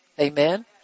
amen